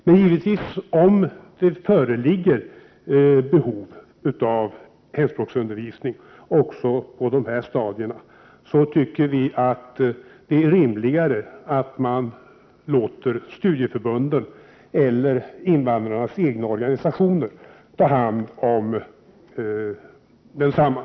Men om det skulle föreligga behov av hemspråksundervisning även på dessa stadier, anser vi det vara rimligt att studieförbunden eller invandrarnas egna organisationer får ta hand om undervisningen.